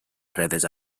fredes